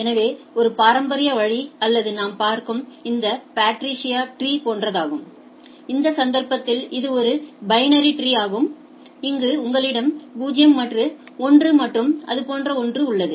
எனவே ஒரு பாரம்பரிய வழி அல்லது நாம் பார்க்கும் இந்த பாட்ரிசியா மரம் போன்றதாகும் இந்த சந்தர்ப்பத்தில் இது ஒரு பைனரி ஆகும் அங்கு உங்களிடம் 0 மற்றும் 1 மற்றும் அது போன்ற ஒன்று உள்ளது